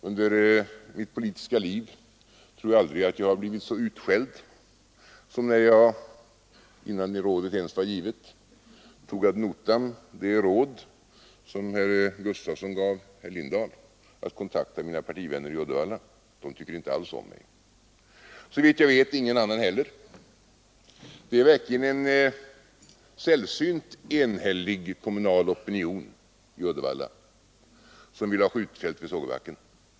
Under mitt politiska liv tror jag aldrig att jag har blivit så utskälld som när jag innan rådet ens var givet tog ad notam det råd som herr Gustafsson gav herr Lindahl att kontakta mina partivänner i Uddevalla. De tycker inte alls om mig. Såvitt jag vet ingen annan heller. Det är verkligen en sällsynt enhällig kommunal opinion i Uddevalla som vill ha skjutfältet i Sågebacken.